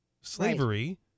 slavery